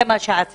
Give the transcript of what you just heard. זה מה שעשית,